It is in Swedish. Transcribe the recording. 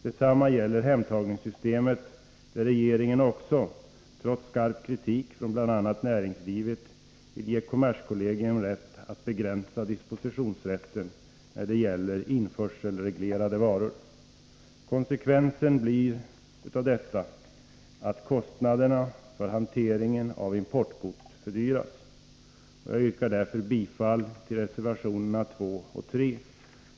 Detsamma gäller hemtagningssystemet, där regeringen också, trots skarp kritik från bl.a. näringslivet, vill ge kommerskollegium rätt att begränsa dispositionsrätten när det gäller införselreglerade varor. Konsekvensen av detta blir att hanteringen av importgods fördyras. Jag yrkar därför bifall till reservationerna 2 och 3.